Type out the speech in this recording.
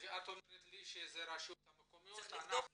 את אומרת לי שזה רשויות מקומיות ולא אתם.